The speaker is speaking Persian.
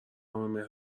همه